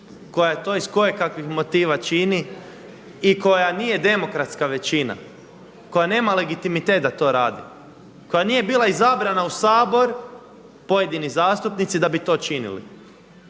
koja je to iz koje kakvih motiva čini i koja nije demokratska većina, koja nema legitimitet da to radi, koja nije bila izabrana u Sabor pojedini zastupnici da bi to činili.